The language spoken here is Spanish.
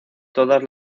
todas